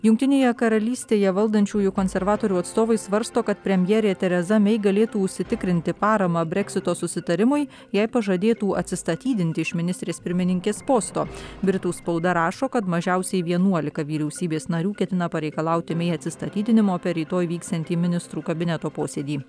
jungtinėje karalystėje valdančiųjų konservatorių atstovai svarsto kad premjerė tereza mei galėtų užsitikrinti paramą breksito susitarimui jei pažadėtų atsistatydinti iš ministrės pirmininkės posto britų spauda rašo kad mažiausiai vienuolika vyriausybės narių ketina pareikalauti mei atsistatydinimo per rytoj vyksiantį ministrų kabineto posėdį